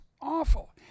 awful